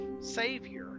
savior